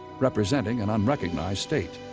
representing an unrecognized state.